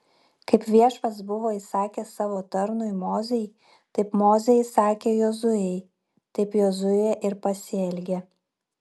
kaip viešpats buvo įsakęs savo tarnui mozei taip mozė įsakė jozuei taip jozuė ir pasielgė